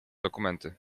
dokumenty